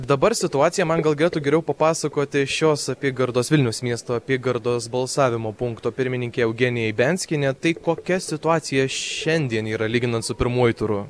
dabar situaciją man galėtų geriau papasakoti šios apygardos vilniaus miesto apygardos balsavimo punkto pirmininkė eugenija ibianskienė tai kokia situacija šiandien yra lyginant su pirmuoju turu